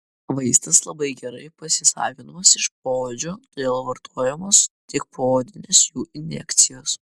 vaistas labai gerai pasisavinamas iš poodžio todėl vartojamos tik poodinės jų injekcijos